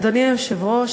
אדוני היושב-ראש,